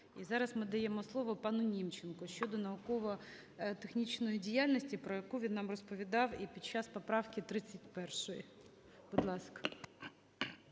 зараз ми даємо слово пану Німченку щодо науково-технічної діяльності, про яку він нам розповідав і під час поправки 31. Будь ласка.